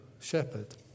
shepherd